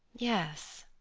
yes,